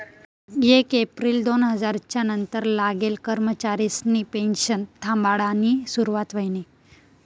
येक येप्रिल दोन हजार च्यार नंतर लागेल कर्मचारिसनी पेनशन थांबाडानी सुरुवात व्हयनी